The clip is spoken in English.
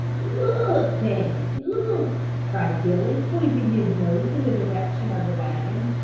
look, betty, look! cried billy, pointing his nose in the direction of the wagon.